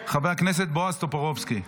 חבר הכנסת בועז טופורובסקי.